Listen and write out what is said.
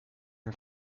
her